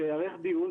שייערך דיון,